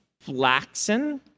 Flaxen